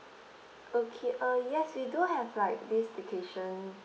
okay um yes we do have like this vacation